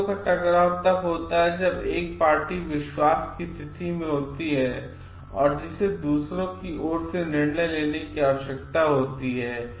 हितों का टकराव तब होता है जब एक पार्टी विश्वास की स्थिति में होती है जिसे दूसरों की ओर से निर्णय लेने की आवश्यकता होती है